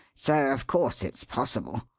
so of course it's possible.